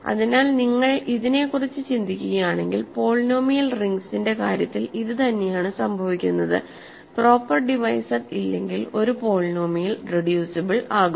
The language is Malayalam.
അതിനാൽ നിങ്ങൾ ഇതിനെക്കുറിച്ച് ചിന്തിക്കുകയാണെങ്കിൽ പോളിനോമിയൽ റിംഗ്സിന്റെ കാര്യത്തിൽ ഇത് തന്നെയാണ് സംഭവിക്കുന്നത് പ്രോപ്പർ ഡിവൈസർ ഇല്ലെങ്കിൽ ഒരു പോളിനോമിയൽ റെഡ്യൂസിബിൾ ആകും